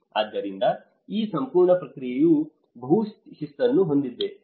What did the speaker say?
ಆದ್ದರಿಂದ ಈ ಸಂಪೂರ್ಣ ಪ್ರಕ್ರಿಯೆಯು ಬಹುಶಿಸ್ತನ್ನು ಹೊಂದಿದೆ